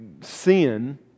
sin